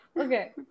okay